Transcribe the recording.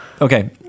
Okay